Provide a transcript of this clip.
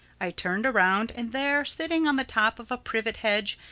i turned around, and there, sitting on the top of a privet hedge,